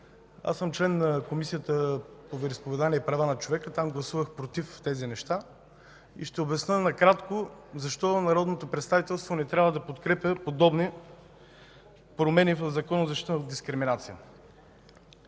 Аз съм член на Комисията по вероизповеданията и правата на човека. Там гласувах против тези неща, и ще обясня накратко защо народното представителство не трябва да подкрепя подобни промени в Закона за защита от дискриминация.